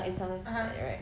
and some right